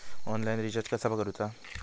Online recharge कसा करूचा?